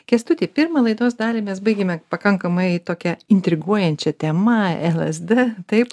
kęstutį pirmą laidos dalį mes baigėme pakankamai tokia intriguojančia tema lsd taip